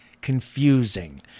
confusing